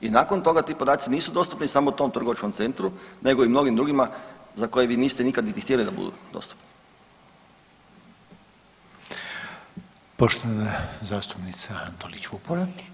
I nakon toga ti podaci nisu dostupni samo tom trgovačkom centru nego i mnogim drugima za koje vi niste nikada niti htjeli da budu dostupni.